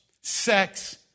sex